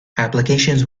applications